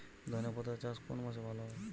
ধনেপাতার চাষ কোন মাসে ভালো হয়?